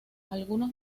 algunos